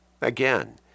Again